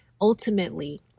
Ultimately